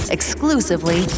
Exclusively